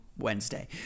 Wednesday